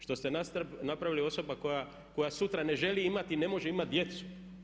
Što ste napravili osobu koja sutra ne želi imati i ne može imati djecu.